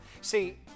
See